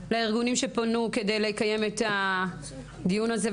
לארגונים שפנו כדי לקיים את הדיון הזה,